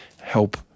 help